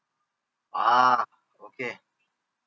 ah okay